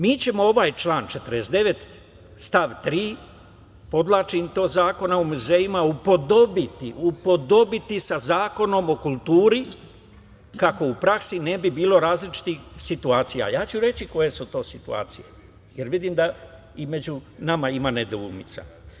Mi ćemo ovaj član 49. stav 3, podvlačim to, Zakona o muzejima, upodobiti sa Zakonom o kulturi, kako u praksi ne bi bilo različitih situacija, a ja ću reći koje su to situacije, jer vidim da i među nama ima nedoumica.